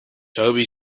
toby